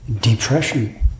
depression